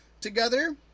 together